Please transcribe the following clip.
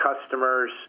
customers